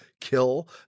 kill